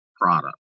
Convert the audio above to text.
product